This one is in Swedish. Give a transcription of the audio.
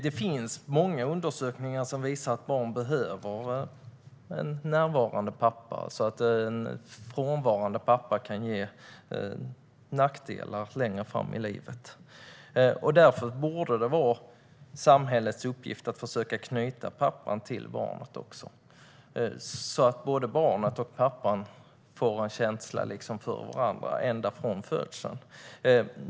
Det finns många undersökningar som visar att barn behöver en närvarande pappa och att en frånvarande pappa kan ge nackdelar längre fram i livet. Därför borde det vara samhällets uppgift att försöka knyta pappan till barnet, så att barnet och pappan får en känsla för varandra redan från födseln.